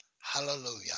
Hallelujah